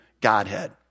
Godhead